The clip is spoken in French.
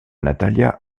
natalia